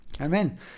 Amen